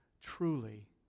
truly